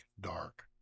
dark